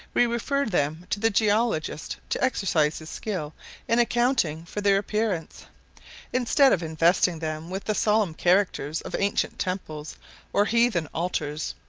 we refer them to the geologist to exercise his skill in accounting for their appearance instead of investing them with the solemn characters of ancient temples or heathen altars,